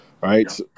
right